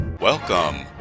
Welcome